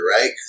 right